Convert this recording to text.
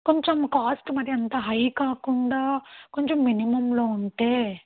కొంచం కాస్ట్ మరీ అంత హై కాకుండా కొంచం మినిమమ్లో ఉంటే